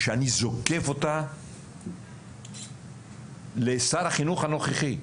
שאני זוקף אותה לשר החינוך הנוכחי.